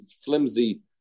flimsy